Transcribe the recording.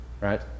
right